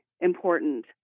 important